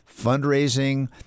fundraising